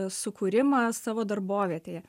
sukūrimą savo darbovietėje